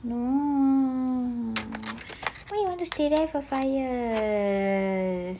no why you want to stay there for five years